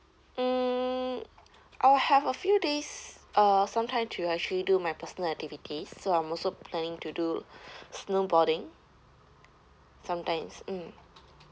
mm I'll have a few days uh some time to actually do my personal activities so I'm also planning to do snowboarding sometimes mm